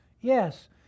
Yes